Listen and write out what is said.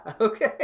Okay